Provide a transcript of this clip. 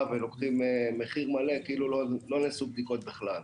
ולוקחים מחיר מלא כאילו לא נעשו בדיקות בכלל.